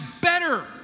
better